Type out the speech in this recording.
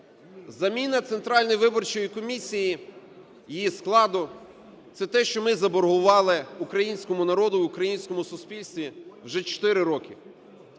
Заміна Центральної виборчої комісії, її складу – це те, що ми заборгували українському народу, українському суспільству вже 4 роки.